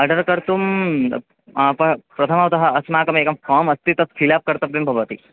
order कर्तुं प प्रथमतः अस्माकमेकं फा़म् अस्ति तत् फि़ल् अप् कर्तव्यं भवति